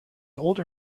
older